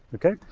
okay?